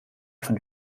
von